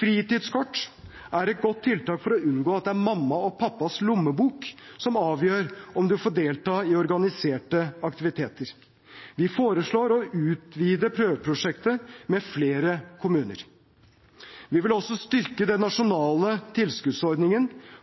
Fritidskort er et godt tiltak for å unngå at det er mamma og pappas lommebok som avgjør om man får delta i organiserte aktiviteter. Vi foreslår å utvide prøveprosjektet med flere kommuner. Vi vil også styrke den nasjonale tilskuddsordningen